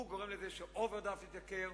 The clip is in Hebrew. הוא גורם לזה שהאוברדרפט יתייקר,